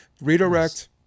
Redirect